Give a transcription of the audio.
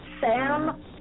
Sam